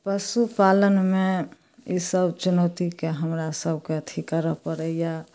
पशुपालनमे ईसब चुनौतीके हमरासभके अथी करऽ पड़ैए